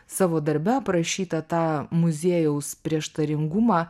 savo darbe aprašytą tą muziejaus prieštaringumą